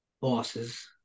bosses